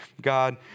God